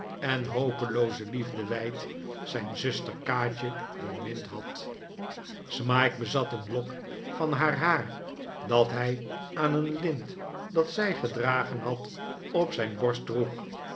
en hopelooze lief de wij dt zijn zuster kaatje bemind had smike bezat een lok van haar haar dat hij aan een lint dat zij gedragen had op zijn borst droeg